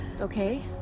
Okay